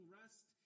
rest